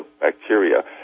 bacteria